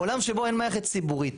העולם שבו אין מערכת ציבורית,